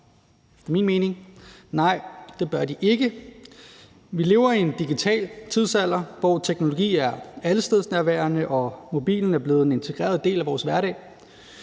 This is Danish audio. efter min mening, er: Nej, det bør de ikke. Vi lever i en digital tidsalder, hvor teknologi er allestedsnærværende og mobilen er blevet en integreret del af vores hverdag.